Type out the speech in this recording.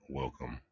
welcome